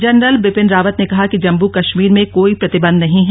general Bipin Rawat ने कहा कि जम्मू कश्मीर में कोई प्रतिबंध नहीं है